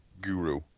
guru